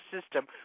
system